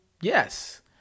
yes